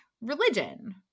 religion